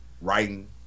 writing